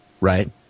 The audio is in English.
right